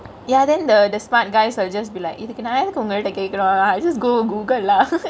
ya then the the smart guys will just be like இதுக்கு நா எதுக்கு உங்கள்ட்ட கேக்கனு:ithuku naa ethuku ungkalte kekanu I'll just go Google lah